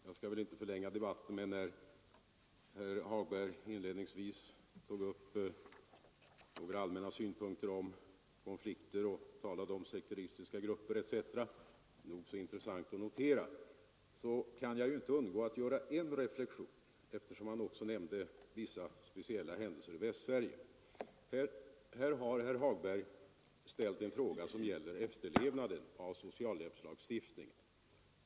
Jag skall väl inte förlänga debatten, herr talman, men när herr Hagberg inledningsvis tar upp några allmänna synpunkter på konflikter och talar om sekteristiska grupper etc. — nog så intressant att notera — kan jag inte undgå att göra en reflexion, eftersom han också nämner vissa speciella händelser i Västsverige. Här har herr Hagberg ställt en fråga som gäller efterlevnaden av sociallagstiftningen.